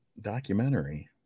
documentary